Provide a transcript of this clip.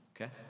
Okay